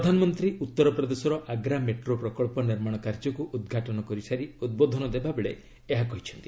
ପ୍ରଧାନମନ୍ତ୍ରୀ ଉତ୍ତରପ୍ରଦେଶର ଆଗ୍ରା ମେଟ୍ରୋ ପ୍ରକଳ୍ପ ନିର୍ମାଣ କାର୍ଯ୍ୟକୁ ଉଦ୍ଘାଟନ କରିସାରି ଉଦ୍ବୋଧନ ଦେବା ବେଳେ ଏହା କହିଛନ୍ତି